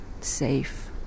safe